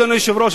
אדוני היושב-ראש,